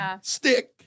stick